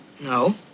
No